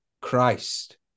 Christ